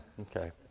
okay